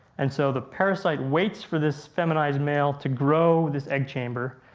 and so the parasite waits for this feminized male to grow this egg chamber,